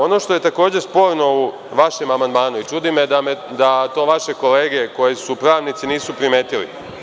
Ono što je takođe sporno u vašem amandmanu i čudi me da to vaše kolege koji su pravnici nisu primetili.